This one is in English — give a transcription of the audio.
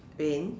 pain